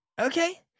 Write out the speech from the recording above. Okay